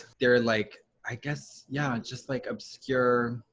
there are like, i guess yeah, just like obscure,